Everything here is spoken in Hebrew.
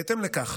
בהתאם לכך,